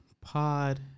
Pod